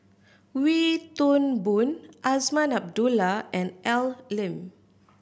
Wee Toon Boon Azman Abdullah and Al Lim